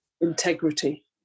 integrity